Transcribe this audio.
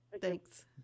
Thanks